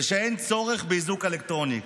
ושאין צורך באיזוק אלקטרוני.